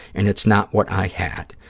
and it's not what i had.